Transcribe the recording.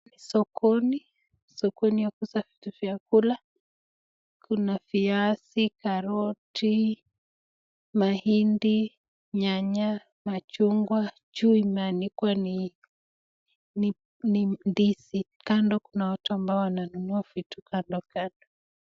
Sokoni, sokoni ya kuuza vitu vya kula. Kuna viazi, karoti, mahindi, nyanya, machungwa na juu imeanikwa ni ndizi, kando kuna watu ambao wananunua vitu kando kando.